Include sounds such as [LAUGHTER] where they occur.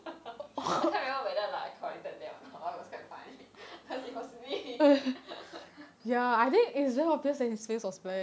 [LAUGHS] I can't remember whether like I corrected them or not but it was quite funny cause it was me [LAUGHS]